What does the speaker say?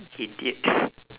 idiot